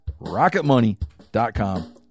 Rocketmoney.com